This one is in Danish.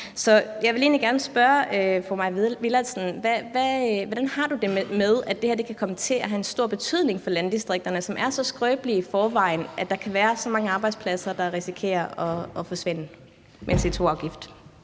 Hvordan har du det med, at det her kan komme til at få stor betydning for landdistrikterne, som er så skrøbelige i forvejen, altså at der kan være så mange arbejdspladser, der risikerer at forsvinde på grund af